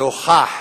שהוכח